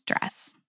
dress